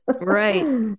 Right